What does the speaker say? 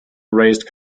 raised